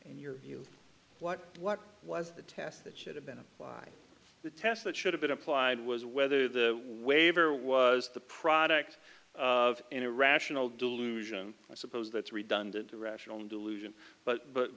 in your view what what was the test that should have been and why the test that should have been applied was whether the waiver was the product of an irrational delusion i suppose that's redundant to rational delusion but but